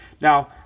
Now